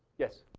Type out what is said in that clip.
yes.